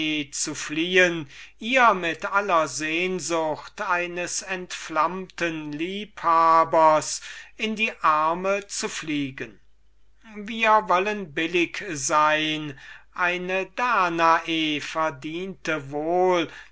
zu fliehen ihr mit aller sehnsucht eines entflammten liebhabers in die arme zu fliegen doch wir wollen billig sein eine danae verdiente wohl